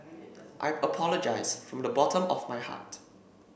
I apologise from the bottom of my heart